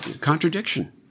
contradiction